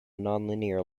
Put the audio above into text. nonlinear